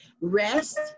rest